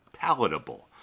palatable